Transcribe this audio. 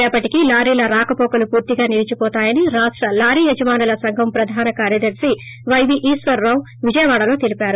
రేపటికి లారీల రాకవోకలు పూర్తిగా నిలీచిపోతాయని రాష్ట లారీ యజమానుల సంఘం ప్రధాన కార్యదర్శి పై వి ఈశ్వరరావు విజయవాడలో తెలిపారు